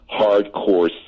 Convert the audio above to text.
hardcore